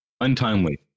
Untimely